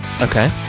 Okay